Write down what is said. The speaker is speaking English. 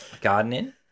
Gardening